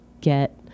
get